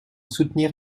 soutenir